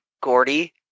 Gordy